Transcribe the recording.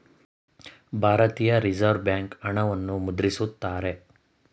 ಭಾರತೀಯ Reserve Bank ಹಣವನ್ನು ಮುದ್ರಿಸುತ್ತಾರೆ